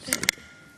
זה בסדר.